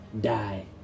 die